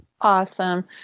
Awesome